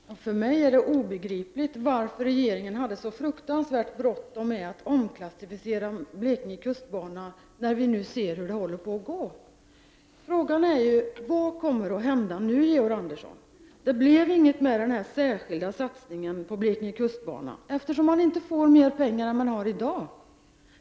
Herr talman! För mig är det obegripligt att regeringen hade så fruktansvärt bråttom med att omklassificera Blekinge kustbana när vi nu ser hur det håller på att gå. Frågan är vad som kommer att hända nu, Georg Andersson. Det blev inget med den här särskilda satsningen på Blekinge kustbana, eftersom man inte får mer pengar än man har i dag.